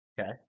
Okay